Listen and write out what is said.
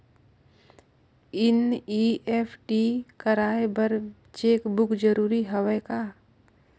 NEFT कराय बर cheque book जरूरी हवय का?